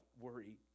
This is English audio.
worry